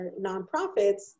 nonprofits